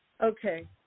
Okay